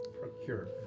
Procure